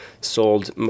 sold